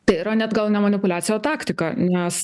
tai yra net gal ne manipuliacija o taktika nes